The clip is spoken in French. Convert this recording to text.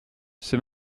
c’est